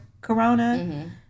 Corona